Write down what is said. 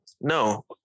no